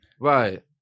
right